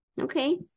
Okay